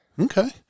Okay